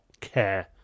care